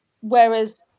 Whereas